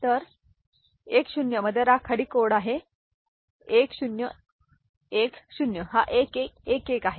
तर 10 मध्ये राखाडी कोड 1010 हा 1111 आहे